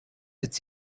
its